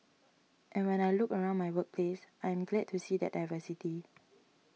and when I look around my workplace I am glad to see that diversity